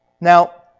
Now